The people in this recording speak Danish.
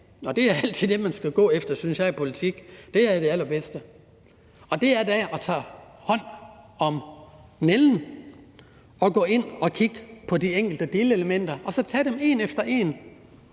og det er altid det, man skal gå efter i politik – er at tage fat om nældens rod og gå ind og kigge på de enkelte delelementer og så tage dem en efter en